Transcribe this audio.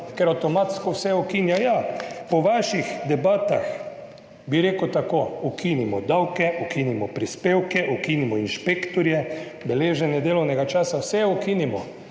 ker avtomatsko vse ukinja. Ja, po vaših debatah bi rekel tako, ukinimo davke, ukinimo prispevke, ukinimo inšpektorje, beleženje delovnega časa, vse ukinimo